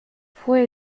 fue